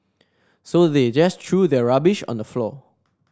so they just threw their rubbish on the floor